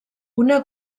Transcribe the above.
una